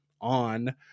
on